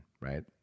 right